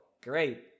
great